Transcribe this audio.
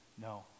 No